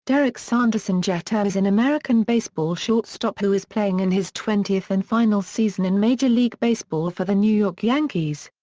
derek sanderson jeter is an american baseball shortstop who is playing in his twentieth and final season in major league baseball for the new york yankees.